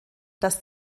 dass